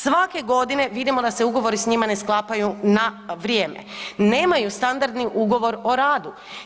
Svake godine vidimo da se ugovori sa njima ne sklapaju na vrijeme, nemaju standardni ugovor o radu.